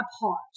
apart